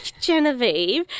Genevieve